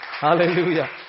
Hallelujah